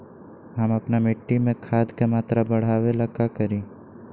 हम अपना मिट्टी में खाद के मात्रा बढ़ा वे ला का करी?